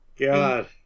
God